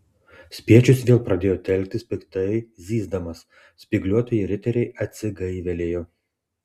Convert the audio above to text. spiečius vėl pradėjo telktis piktai zyzdamas spygliuotieji riteriai atsigaivelėjo